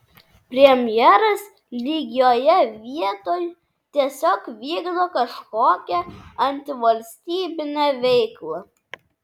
premjeras lygioje vietoj tiesiog vykdo kažkokią antivalstybinę veiklą